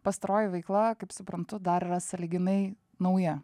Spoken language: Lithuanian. pastaroji veikla kaip suprantu dar yra sąlyginai nauja